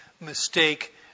mistake